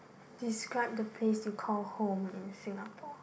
describe the place you call home in Singapore